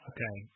Okay